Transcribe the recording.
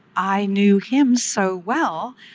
i knew him so well,